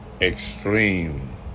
extreme